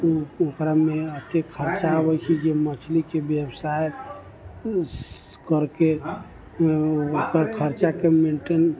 ओकरामे एते खर्चा अबै छै जे मछलीके व्यवसाय करके ओकर खर्चाके मेन्टेन